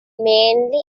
mainly